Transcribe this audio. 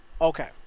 Okay